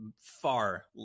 far